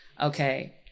okay